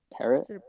Parrot